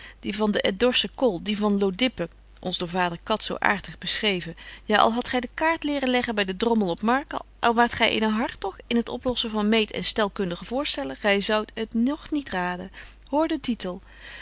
die van de endorsche kol die van lodippe ons door vader kats zo aartig beschreven ja al hadt gy de kaart leren leggen by den drommel op marken al waart gy eene hartog in het oplossen van meet en stelkundige voorstellen gy zoudt het nog niet raden hoor dan